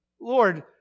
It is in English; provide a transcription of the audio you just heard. Lord